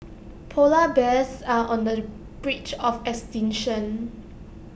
Polar Bears are on the branch of extinction